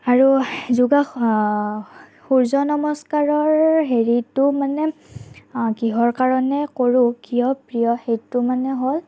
আৰু সূৰ্য নমস্কাৰৰ হেৰিটো মানে কিহৰ কাৰণে কৰোঁ কিয় প্ৰিয় সেইটো মানে হ'ল